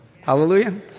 Hallelujah